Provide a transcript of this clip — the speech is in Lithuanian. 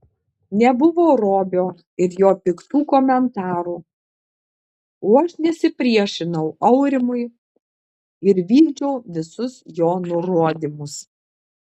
nebuvo robio ir jo piktų komentarų o aš nesipriešinau aurimui ir vykdžiau visus jo nurodymus